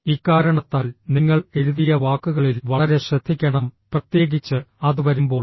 ഇക്കാരണത്താൽ നിങ്ങൾ എഴുതിയ വാക്കുകളിൽ വളരെ ശ്രദ്ധിക്കണം പ്രത്യേകിച്ച് അത് വരുമ്പോൾ